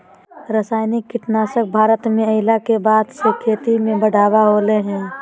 रासायनिक कीटनासक भारत में अइला के बाद से खेती में बढ़ावा होलय हें